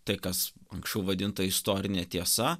tai kas anksčiau vadinta istorine tiesa